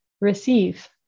receive